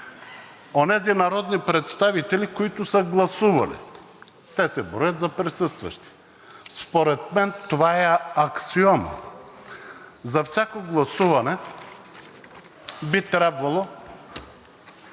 онези народни представители, които са гласували, те се броят за присъстващи. Според мен това е аксиома. Би трябвало всяко гласуване да отчита